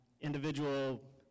individual